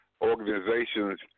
organizations